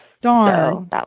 Darn